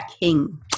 king